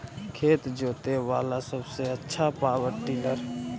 खेत जोते बाला सबसे आछा पॉवर टिलर?